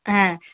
হ্যাঁ